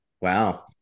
Wow